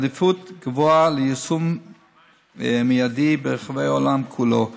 בעדיפות גבוהה ליישום מיידי ברחבי העולם כולו.